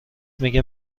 میگه